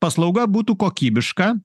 paslauga būtų kokybiška